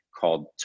called